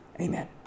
amen